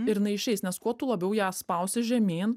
ir jinai išeis nes kuo tu labiau ją spausti žemyn